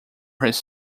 his